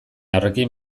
horrekin